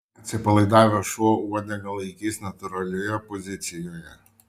atsipalaidavęs šuo uodegą laikys natūralioje pozicijoje